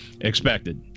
expected